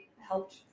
helped